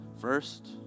first